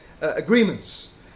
agreements